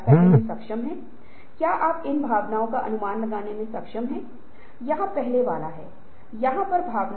एक बार जब आप बदलाव के तरीकों पर अमल कर रहे हैं तो हम बदलाव को लागू कर रहे हैं